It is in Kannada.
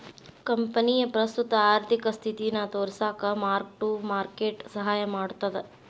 ಕಂಪನಿಯ ಪ್ರಸ್ತುತ ಆರ್ಥಿಕ ಸ್ಥಿತಿನ ತೋರಿಸಕ ಮಾರ್ಕ್ ಟು ಮಾರ್ಕೆಟ್ ಸಹಾಯ ಮಾಡ್ತದ